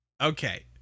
Okay